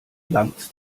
langts